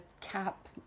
cap